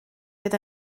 fydd